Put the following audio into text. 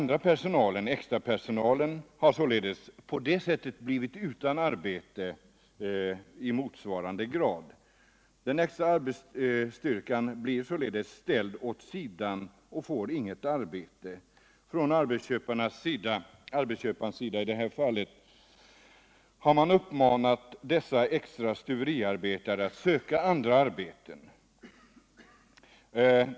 Den extra arbetsstyrkan har på det sättet ställts åt sidan och blivit utan arbete i motsvarande grad. Arbetsköparen har i detta fall uppmanat dessa extra stuveriarbetare att söka andra arbeten.